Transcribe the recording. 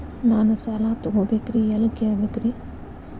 ನಾನು ಸಾಲ ತೊಗೋಬೇಕ್ರಿ ಎಲ್ಲ ಕೇಳಬೇಕ್ರಿ?